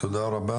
תודה רבה,